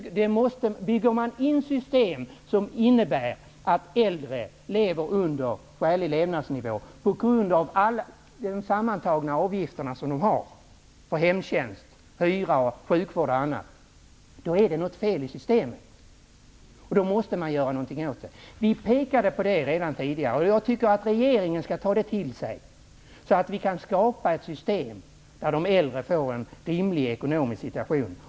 Bygger man system som innebär att äldre lever under skälig levnadsnivå på grund av de sammantagna avgifterna för hemtjänst, hyra, sjukvård och annat är det något fel i systemet, och det måste man göra någonting åt. Vi pekade på detta redan tidigare. Jag tycker att regeringen skall ta det till sig så att vi kan skapa ett system där de äldre får en rimlig ekonomisk situation.